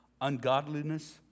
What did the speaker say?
Ungodliness